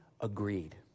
agreed